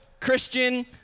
Christian